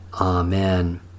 Amen